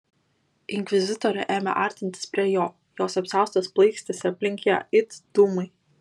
inkvizitorė ėmė artintis prie jo jos apsiaustas plaikstėsi aplink ją it dūmai